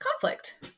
conflict